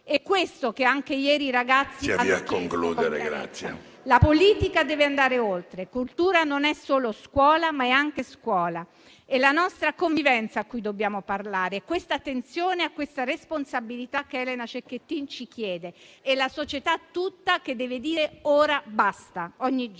chiesto, con chiarezza. PRESIDENTE. Si avvii a concludere, grazie. D'ELIA *(PD-IDP)*. La politica deve andare oltre: cultura non è solo scuola, ma è anche scuola. È la nostra convivenza a cui dobbiamo parlare, questa attenzione a questa responsabilità che Elena Cecchettin ci chiede. È la società tutta che deve dire "ora basta", ogni giorno.